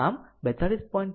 આમ 42